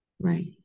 Right